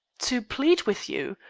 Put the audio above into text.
to plead with you.